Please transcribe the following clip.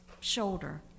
shoulder